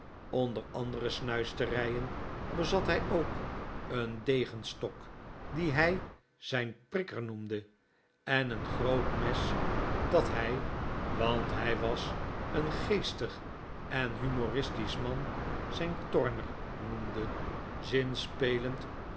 onder andere snuisterijen bezat hij ook een degenstok dien hij zijn prikker noemde en een groot mes dat hij want hij was een geestig en humoristisch man zijn torner noemde zinspelend